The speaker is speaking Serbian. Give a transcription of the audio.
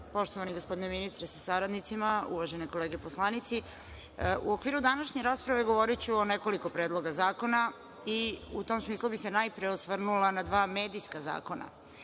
poštovani gospodine ministre sa saradnicima, uvažene kolege poslanici, u okviru današnje rasprave govoriću o nekoliko predloga zakona i u tom smislu bi se najpre osvrnula na dva medijska zakona. Na